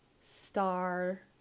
star